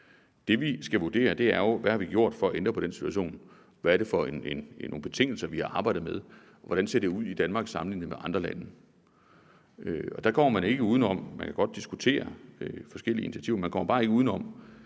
Det, vi skal vurdere, er jo: Hvad har vi gjort for at ændre på den situation? Hvad er det for nogle betingelser, vi har arbejdet med? Hvordan ser det ud i Danmark sammenlignet med andre lande? Og der kan man godt diskutere forskellige initiativer; man kommer bare ikke uden om,